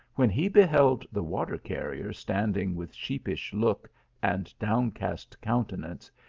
when he beheld the water-carrier standing with sheepish look and downcast countenance,